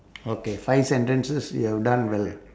okay five sentences you've done well